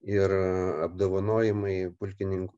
ir apdovanojimai pulkinink